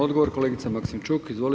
Odgovor, kolegice Maksimčuk.